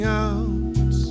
out